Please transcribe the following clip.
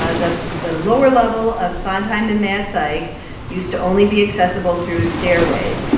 ah the the lower level of sondheim and math psych used to only be accessible through stairways,